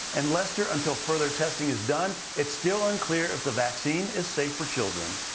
and lester, until further testing is done it's still unclear if the vaccine is safe for children.